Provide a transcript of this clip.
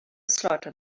slaughter